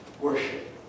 worship